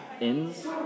Inns